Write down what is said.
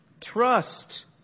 Trust